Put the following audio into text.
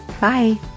Bye